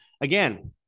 again